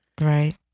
Right